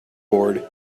board